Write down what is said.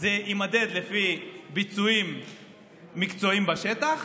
זה יימדד לפי ביצועים מקצועיים בשטח